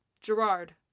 Gerard